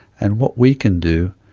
and what we can do,